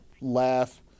laugh